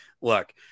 Look